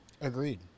Agreed